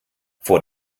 vor